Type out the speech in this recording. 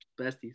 besties